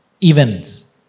events